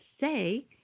say